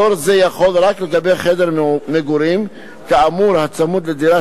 פטור זה יחול רק לגבי חדר מגורים כאמור הצמוד לדירה